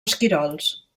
esquirols